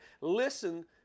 Listen